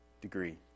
degree